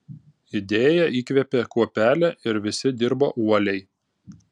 idėja įkvėpė kuopelę ir visi dirbo uoliai